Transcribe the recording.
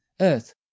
earth